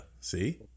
see